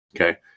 Okay